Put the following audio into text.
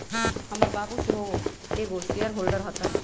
हमर बाबू सेहो एगो शेयर होल्डर हतन